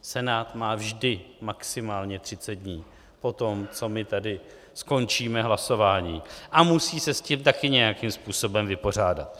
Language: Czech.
Senát má vždy maximálně 30 dní poté, co my tady skončíme hlasování, a musí se s tím také nějakým způsobem vypořádat.